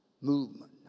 movement